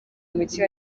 mujyi